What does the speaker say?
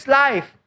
life